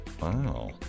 Wow